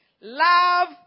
love